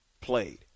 played